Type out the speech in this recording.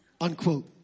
Unquote